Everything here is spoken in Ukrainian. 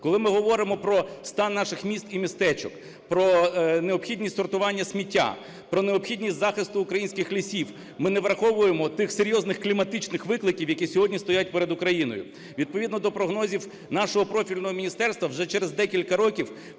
Коли ми говоримо про стан наших міст і містечок, про необхідність сортування сміття, про необхідність захисту українських лісів, ми не враховуємо тих серйозних кліматичних викликів, які сьогодні стоять перед Україною. Відповідно до прогнозів нашого профільного міністерства вже через декілька років